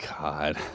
God